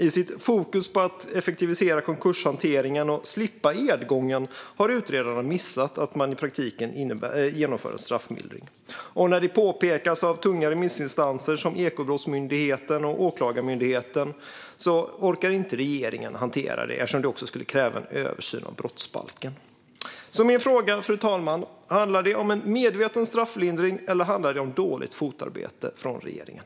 I sitt fokus på att effektivisera konkurshanteringen och slippa edgången har utredarna missat att man i praktiken genomför en straffmildring. När detta påpekas av tunga remissinstanser som Ekobrottsmyndigheten och Åklagarmyndigheten orkar inte regeringen hantera det eftersom det skulle kräva en översyn av brottsbalken. Fru talman! Min fråga är: Handlar detta om en medveten strafflindring, eller handlar det om dåligt fotarbete från regeringen?